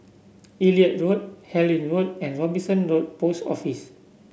Elliot Road Harlyn Road and Robinson Road Post Office